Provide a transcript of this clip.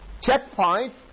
checkpoint